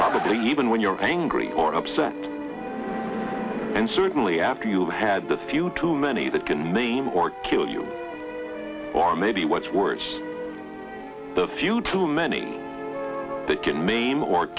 probably even when you're angry or upset and certainly after you had the few too many that can mean or kill you or maybe what's worse the few too many that can mean or